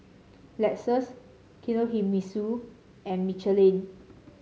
Lexus Kinohimitsu and Michelin